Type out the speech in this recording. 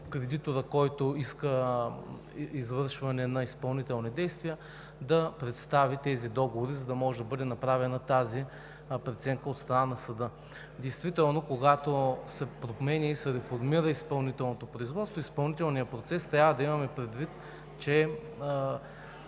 кредиторът, който иска извършване на изпълнителни действия, да представи тези договори, за да може да бъде направена преценка от страна на съда. Действително, когато се променя и се реформира изпълнителното производство, изпълнителният процес, трябва да имаме предвид, че